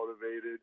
motivated